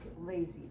lazy